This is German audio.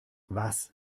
was